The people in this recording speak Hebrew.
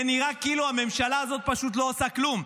זה נראה כאילו הממשלה הזאת פשוט לא עושה כלום.